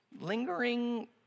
lingering